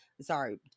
sorry